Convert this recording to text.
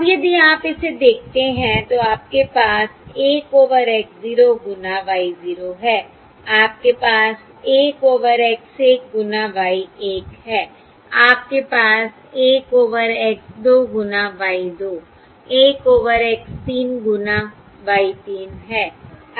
अब यदि आप इसे देखते हैं तो आपके पास 1 ओवर X 0 गुणा Y 0 है आपके पास 1 ओवर X 1 गुणा Y 1 है आपके पास 1ओवर X 2 गुणा Y 2 1 ओवर X 3 गुणा Y 3 है